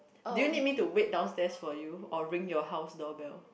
do you need me to wait downstairs for you or ring your house door bell